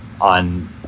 on